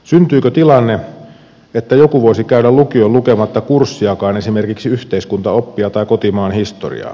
syntyykö tilanne että joku voisi käydä lukion lukematta kurssiakaan esimerkiksi yhteiskuntaoppia tai kotimaan historiaa